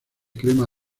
crema